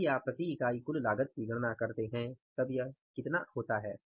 यदि आप प्रति इकाई कुल लागत की गणना करते हैं तब यह कितना होता है